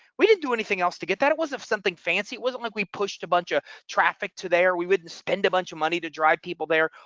we don't do anything else to get that it was of something fancy it wasn't like we pushed a bunch of traffic to there we wouldn't spend a bunch of money to drive people there.